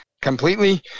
completely